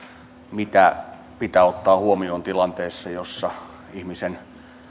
mitä pitää ottaa huomioon tilanteessa jossa ihmisen